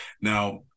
Now